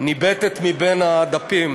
ניבטת מבין הדפים.